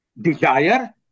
desire